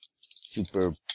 super